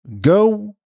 go